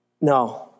No